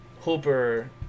Hooper